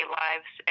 lives